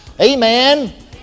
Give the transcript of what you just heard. amen